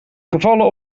gevallen